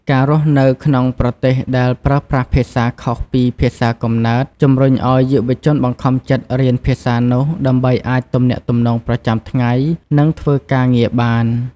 ការរស់នៅក្នុងប្រទេសដែលប្រើប្រាស់ភាសាខុសពីភាសាកំណើត ជំរុញឱ្យយុវជនបង្ខំចិត្តរៀនភាសានោះ ដើម្បីអាចទំនាក់ទំនងប្រចាំថ្ងៃ និងធ្វើការងារបាន។